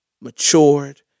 matured